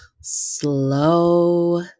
slow